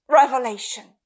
revelation